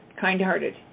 kind-hearted